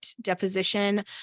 deposition